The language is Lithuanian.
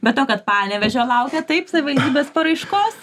be to kad panevėžio laukiat taip savivaldybės paraiškos